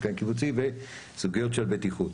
הסכם קיבוצי וסוגיות של בטיחות.